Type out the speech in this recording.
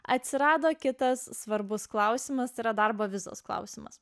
atsirado kitas svarbus klausimas yra darbo vizos klausimas